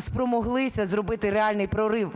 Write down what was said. спромоглися зробити реальний прорив